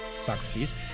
Socrates